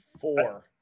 four